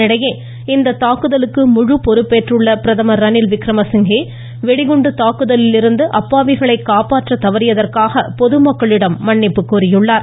இதனிடையே இந்த தாக்குதலுக்கு முழு பொறுப்பேற்றுள்ள பிரதமா் ரணில்விக்ரம சிங்கே வெடிகுண்டு தாக்குதலிலிருந்து அப்பாவிகளை காப்பாற்ற தவறியதற்காக பொதுமக்களிடம் மன்னிப்பு கோரியுள்ளார்